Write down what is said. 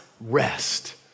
rest